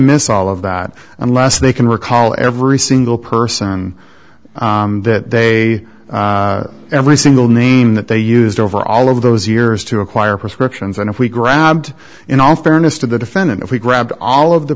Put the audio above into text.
miss all of that unless they can recall every single person that they every single name that they used over all of those years to acquire prescriptions and if we ground in all fairness to the defendant if we grab all of the